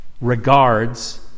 regards